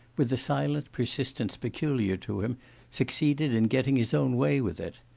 with the silent persistence peculiar to him succeeded in getting his own way with it.